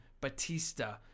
Batista